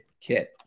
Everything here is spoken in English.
kit